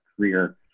career